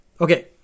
okay